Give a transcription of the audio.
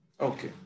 Okay